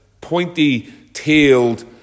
pointy-tailed